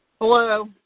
Hello